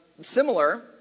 similar